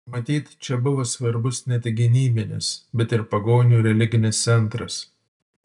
matyt čia buvo svarbus ne tik gynybinis bet ir pagonių religinis centras